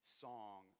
song